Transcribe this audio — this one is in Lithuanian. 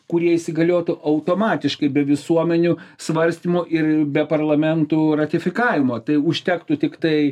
kurie įsigaliotų automatiškai be visuomenių svarstymo ir be parlamentų ratifikavimo tai užtektų tiktai